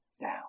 down